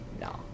No